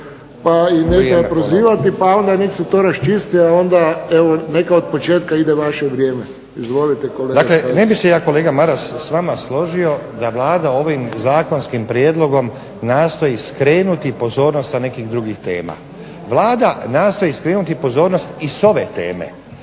pa ih ne treba prozivati, pa onda nek' se to raščisti a onda evo neka od početka ide vaše vrijeme. Izvolite kolega Staziću. **Stazić, Nenad (SDP)** Dakle, ne bih se ja kolega Maras s vama složio da Vlada ovim zakonskim prijedlogom nastoji skrenuti pozornost sa nekih drugih tema. Vlada nastoji skrenuti pozornost i s ove teme.